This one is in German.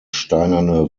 steinerne